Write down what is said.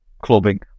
clubbing